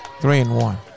Three-and-one